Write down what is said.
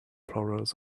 flowers